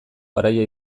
garaia